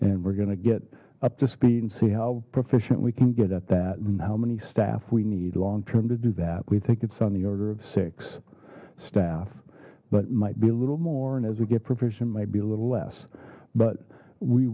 and we're gonna get up to speed and see how proficient we can get at that and how many staff we need long term to do that we think it's on the order of six staff but might be a little more and as we get proficient might be a little less but we